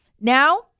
Now